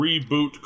reboot